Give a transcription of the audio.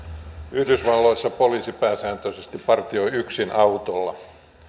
yhdysvalloissa poliisi pääsääntöisesti partioi yksin autolla